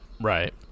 Right